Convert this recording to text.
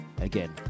Again